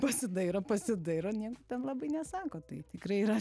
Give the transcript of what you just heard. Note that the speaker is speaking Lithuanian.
pasidairo pasidairo nieks ten labai nesako tai tikrai yra